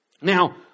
Now